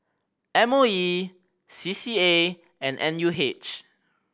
M O E C C A and N U H